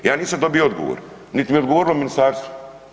Ja nisam dobio odgovor, niti mi je odgovorilo ministarstvo.